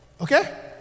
Okay